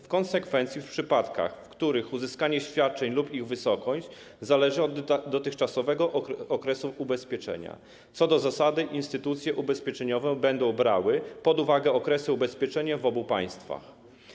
W konsekwencji w przypadkach, w których uzyskanie świadczeń lub ich wysokość zależy od dotychczasowego okresu ubezpieczenia, co do zasady instytucje ubezpieczeniowe będą brały pod uwagę okresy ubezpieczenia w obu państwach.